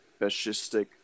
fascistic